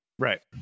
right